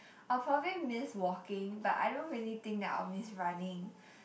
I'll probably miss walking but I don't really think I'll miss running